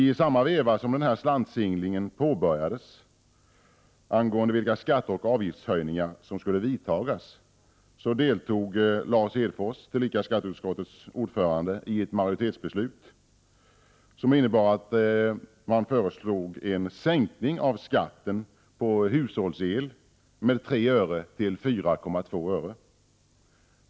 I samma veva som slantsinglingen påbörjades angående vilka skatteoch avgiftshöjningar som skulle vidtas deltog Lars Hedfors, tillika skatteutskottets ordförande, i ett majoritetsbeslut, som innebär ett förslag om en sänkning av skatten på hushållsel med 3 öre till 4,2 öre/kWh.